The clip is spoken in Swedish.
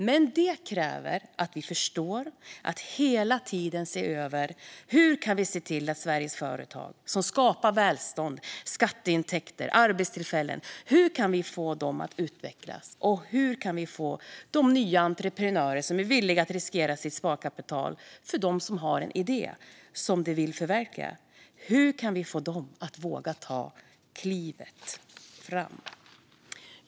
Men det kräver att vi förstår och hela tiden ser över hur vi kan få Sveriges företag, som skapar välstånd, skatteintäkter och arbetstillfällen, att utvecklas och hur vi kan få de nya entreprenörer som är villiga att riskera sitt sparkapital för att de har en idé som de vill förverkliga att våga ta det klivet.